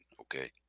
okay